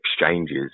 exchanges